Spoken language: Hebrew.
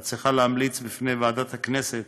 שאת צריכה להמליץ בפני ועדת הכנסת